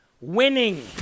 Winning